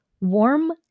warm